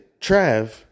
Trav